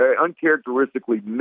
uncharacteristically